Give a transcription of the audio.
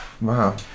wow